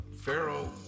Pharaoh